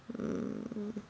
mm